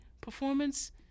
performance